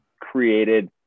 created